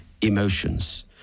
emotions